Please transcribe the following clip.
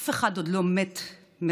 אף אחד עוד לא מת מרגשות.